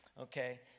okay